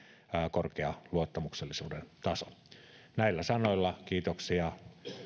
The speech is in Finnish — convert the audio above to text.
korkea luottamuksellisuuden taso näillä sanoilla kiitoksia